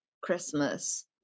Christmas